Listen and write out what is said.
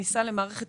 למערכת